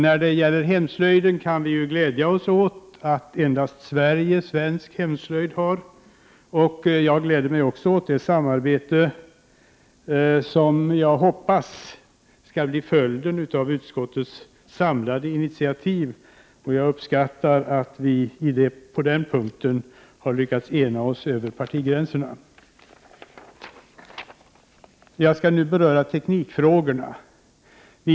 När det gäller hemslöjden kan vi glädja oss åt att endast Sverige svensk hemslöjd har, och jag gläder mig också åt det samarbete som jag hoppas skall bli följden av utskottets samlade initiativ. Jag uppskattar att vi på den punkten har lyckats ena oss över partigränserna. Jag skall nu beröra teknikfrågorna.